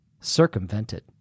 circumvented